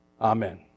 Amen